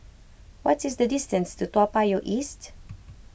what is the distance to Toa Payoh East